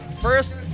first